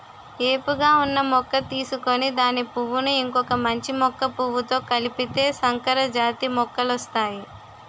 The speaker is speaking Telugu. ఏపుగా ఉన్న మొక్క తీసుకొని దాని పువ్వును ఇంకొక మంచి మొక్క పువ్వుతో కలిపితే సంకరజాతి మొక్కలొస్తాయి